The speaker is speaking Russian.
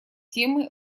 темы